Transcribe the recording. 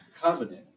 covenant